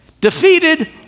defeated